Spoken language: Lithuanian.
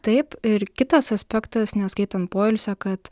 taip ir kitas aspektas neskaitant poilsio kad